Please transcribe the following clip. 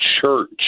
church